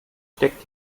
steckt